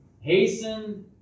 hasten